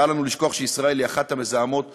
ואל לנו לשכוח שישראל היא אחת המזהמות הגדולות,